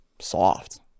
soft